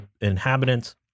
inhabitants